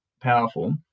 powerful